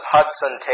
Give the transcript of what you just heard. Hudson